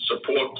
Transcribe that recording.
support